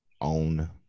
own